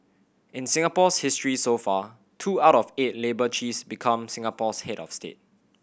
in Singapore's history so far two out of eight labour chiefs become Singapore's head of state